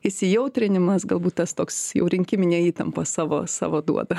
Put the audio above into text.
įsijautrinimas galbūt tas toks jau rinkiminė įtampa savo savo duoda